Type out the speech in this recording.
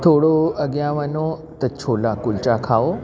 थोरो अॻियां वञो त छोला कुलचा खाओ